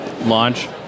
launch